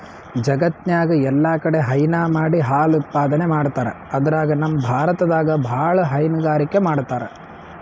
ಜಗತ್ತ್ನಾಗ್ ಎಲ್ಲಾಕಡಿ ಹೈನಾ ಮಾಡಿ ಹಾಲ್ ಉತ್ಪಾದನೆ ಮಾಡ್ತರ್ ಅದ್ರಾಗ್ ನಮ್ ಭಾರತದಾಗ್ ಭಾಳ್ ಹೈನುಗಾರಿಕೆ ಮಾಡ್ತರ್